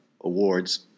awards